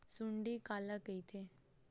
सुंडी काला कइथे?